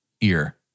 ear